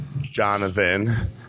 Jonathan